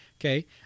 Okay